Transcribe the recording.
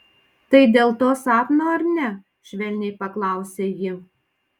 tai dėl to sapno ar ne švelniai paklausė ji